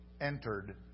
entered